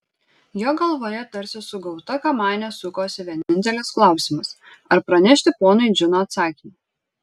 jo galvoje tarsi sugauta kamanė sukosi vienintelis klausimas ar pranešti ponui džino atsakymą